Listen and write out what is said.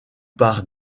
par